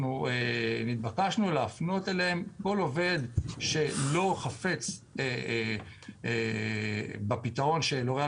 התבקשנו להפנות אליהם כל עובד שלא חפץ בפתרון שלוריאל